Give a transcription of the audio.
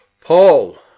Paul